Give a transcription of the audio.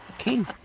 Okay